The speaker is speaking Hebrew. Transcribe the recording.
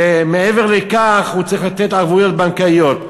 ומעבר לכך הוא צריך לתת ערבויות בנקאיות.